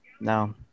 No